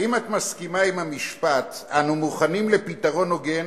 האם את מסכימה עם המשפט: "אנו מוכנים לפתרון הוגן